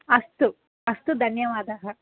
अस्तु अस्तु धन्यवादः